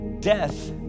Death